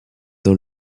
dans